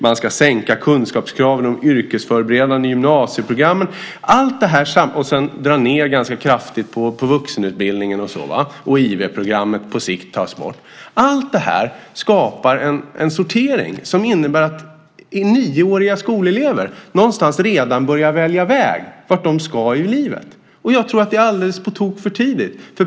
Man ska sänka kunskapskraven i de yrkesförberedande gymnasieprogrammen och dra ned ganska kraftigt på vuxenutbildningen. IV-programmet ska tas bort på sikt. Allt det här skapar en sortering som innebär att nioåriga skolelever redan börjar välja väg vart de ska i livet. Jag tror att det är alldeles på tok för tidigt.